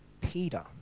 Peter